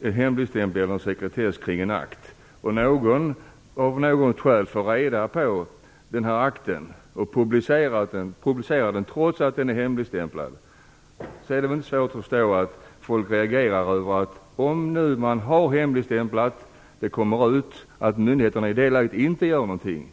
är hemligstämplad eller sekretessbelagd. Någon får tag i den här akten och publicerar den trots att den är hemligstämplad. Det är inte svårt att förstå att folk reagerar över att myndigheterna i det läget inte gör någonting.